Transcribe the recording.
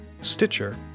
Stitcher